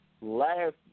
Last